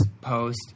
post